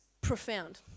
profound